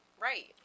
Right